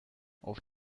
auf